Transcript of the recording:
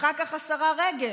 אחר כך השרה רגב,